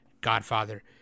Godfather